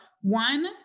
one